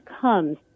comes